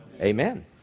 Amen